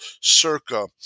Circa